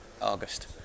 August